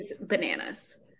bananas